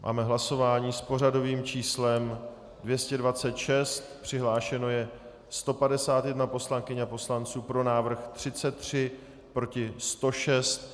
Máme hlasování s pořadovým číslem 226, přihlášeno je 151 poslankyň a poslanců, pro návrh 33, proti 106.